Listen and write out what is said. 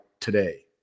today